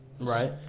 Right